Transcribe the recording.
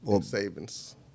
Savings